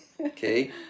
Okay